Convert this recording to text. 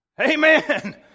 Amen